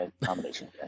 nomination